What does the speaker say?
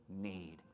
need